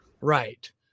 Right